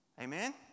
Amen